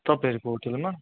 तपाईँहरूको होटेलमा